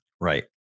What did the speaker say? Right